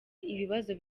ibibazo